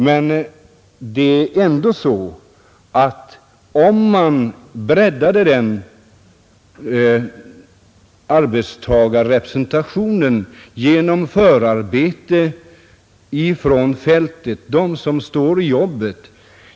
Men jag anser ändå att man bör bredda arbetstagarrepresentationen genom förarbete ute på fältet, bland dem som står i jobbet.